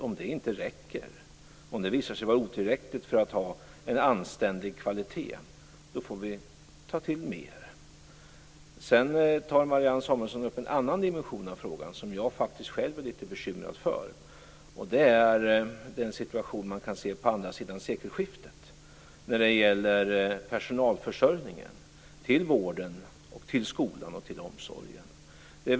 Om det inte räcker, om det visar sig otillräckligt för att ha en anständig kvalitet, då får vi ta till mer. Marianne Samuelsson tar också upp en annan dimension av frågan, som jag själv faktiskt är litet bekymrad över. Det gäller situationen på andra sidan sekelskiftet när det gäller personalförsörjningen till vården, skolan och omsorgen.